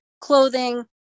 clothing